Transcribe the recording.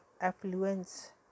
affluence